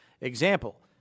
Example